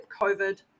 COVID